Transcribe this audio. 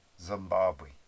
Zimbabwe